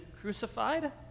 crucified